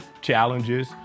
challenges